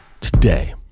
Today